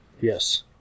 Yes